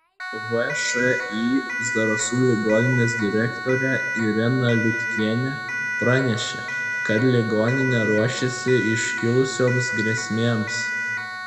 všį zarasų ligoninės direktorė irena liutkienė pranešė kad ligoninė ruošiasi iškilusioms grėsmėms